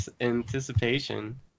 anticipation